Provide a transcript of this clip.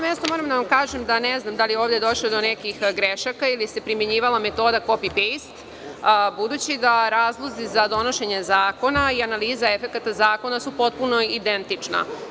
Moram da vam kažem da ne znam da li je ovde došlo do nekih grešaka ili se primenjivala metoda „kopi-pejst“, budući da su razlozi da donošenje zakona i analiza efekata zakona potpuno identični.